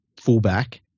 fullback